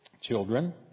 children